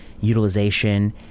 utilization